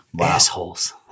Assholes